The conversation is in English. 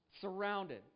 surrounded